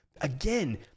again